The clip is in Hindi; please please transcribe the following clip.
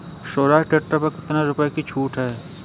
स्वराज ट्रैक्टर पर कितनी रुपये की छूट है?